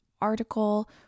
article